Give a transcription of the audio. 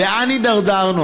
לאן הידרדרנו?